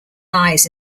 eyes